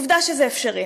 עובדה שזה אפשרי.